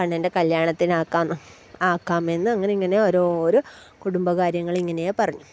കണ്ണൻ്റെ കല്യാണത്തിന് ആക്കാമെന്ന് ആക്കാമെന്ന് അങ്ങനെ ഇങ്ങനെ ഓരോരോ കുടുംബകാര്യങ്ങൾ ഇങ്ങനെ പറഞ്ഞു